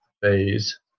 phase